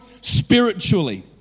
spiritually